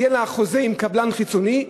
יהיה לה חוזה עם קבלן חיצוני,